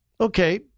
Okay